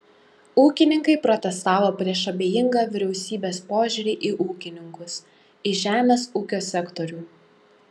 ūkininkai protestavo prieš abejingą vyriausybės požiūrį į ūkininkus į žemės ūkio sektorių